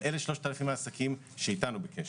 אבל אלה 3,000 העסקים שאיתנו בקשר.